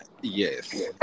Yes